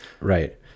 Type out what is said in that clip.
Right